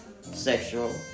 sexual